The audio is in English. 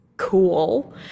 cool